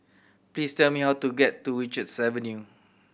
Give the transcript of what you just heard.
please tell me how to get to Richards Avenue